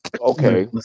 Okay